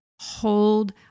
Hold